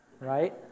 right